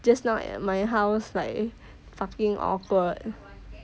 just now at my house like fucking awkward